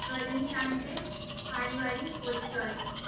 রজনীকান্তের পারিবারিক পরিচয়